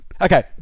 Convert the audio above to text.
Okay